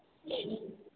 ठीक